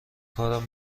کارم